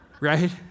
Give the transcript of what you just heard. right